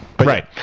Right